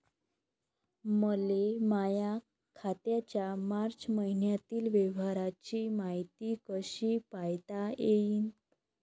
मले माया खात्याच्या मार्च मईन्यातील व्यवहाराची मायती कशी पायता येईन?